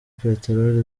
peteroli